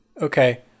Okay